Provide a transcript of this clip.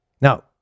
Now